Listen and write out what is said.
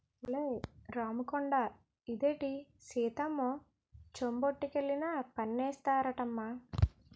ఒలే రాముకొండా ఇదేటి సిత్రమమ్మో చెంబొట్టుకెళ్లినా పన్నేస్తారటమ్మా